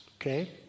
Okay